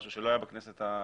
משהו שלא היה בכנסת הקודמת,